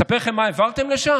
לספר לכם מה העברתם לשם?